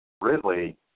Ridley